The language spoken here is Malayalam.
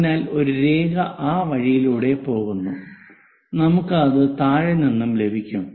അതിനാൽ ഒരു രേഖ ആ വഴിയിലൂടെ പോകുന്നു നമുക്ക് അത് താഴെ നിന്നും ലഭിക്കും